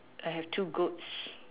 I have two goats